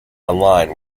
online